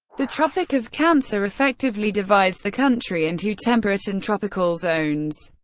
the tropic of cancer effectively divides the country into temperate and tropical zones.